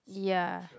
ya